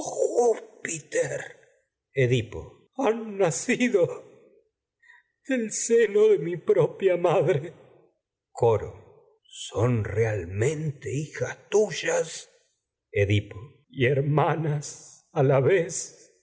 júpiter han nacido del seno de mi misma madre coro son realmente hijas tuyas y edipo hermanas a la vez